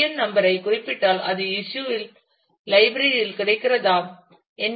என் number ஐ குறிப்பிட்டால் அது இஸ்யூ இல் லைப்ரரி இல் கிடைக்கிறதா என்று